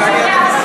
רוזין.